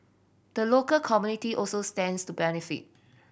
the local community also stands to benefit